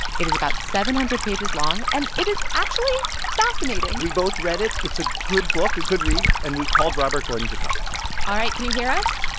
it is about seven hundred pages long, and it is actually fascinating we both read it. it's a good book, a good read. and we called robert gordon to talk about it all right, can you hear us?